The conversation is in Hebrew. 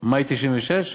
במאי 1996. במאי 1996?